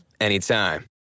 anytime